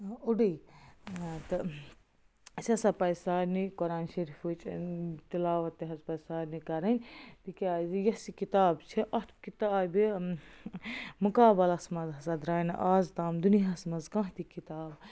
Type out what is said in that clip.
اوٚڑٕے تہٕ اَسہِ ہَسا پَزِ سارنٕے قرآنہٕ شریٖفٕچ تِلاوت تہِ حظ پَزِ سارنٕے کَرٕنۍ تِکیٛازِ یَس یہِ کِتاب چھِ اَتھ کِتابہِ مُقابلس منٛز ہَسا درٛاے نہٕ آز تام دُنِیاہس منٛز کانٛہہ تہِ کِتاب